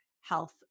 health